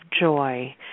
joy